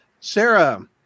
Sarah